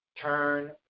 turn